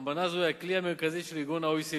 אמנה זו היא הכלי המרכזי של ה-OECD